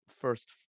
first